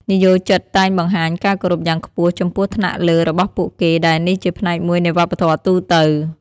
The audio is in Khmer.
និយោជិតតែងបង្ហាញការគោរពយ៉ាងខ្ពស់ចំពោះថ្នាក់លើរបស់ពួកគេ ដែលនេះជាផ្នែកមួយនៃវប្បធម៌ទូទៅ។